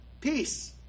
peace